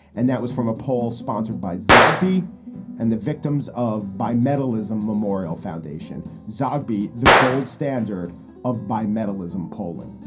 and that was from a poll sponsored by zogby and the victims of. by mentalism memorial foundation zogby the gold standard of by mentalism colon.